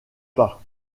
pas